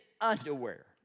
underwear